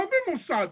לא במוסד,